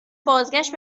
بازگشت